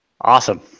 Awesome